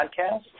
Podcast